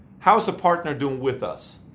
how's the partner doing with us?